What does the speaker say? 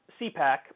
CPAC